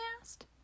asked